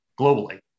globally